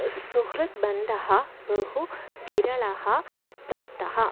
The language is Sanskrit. सुहृत् बन्धः बहु विरलः प्राप्तः